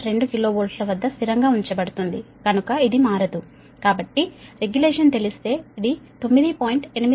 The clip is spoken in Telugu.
2 KV వద్ద స్థిరంగా ఉంచబడుతుంది కనుక ఇది మారదు కాబట్టి రెగ్యులేషన్ తెలిస్తే ఇది 9